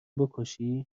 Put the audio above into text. بکشی